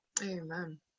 Amen